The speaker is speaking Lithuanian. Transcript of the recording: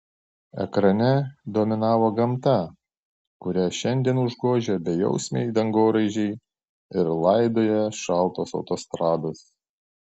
ekrane dominavo gamta kurią šiandien užgožia bejausmiai dangoraižiai ir laidoja šaltos autostrados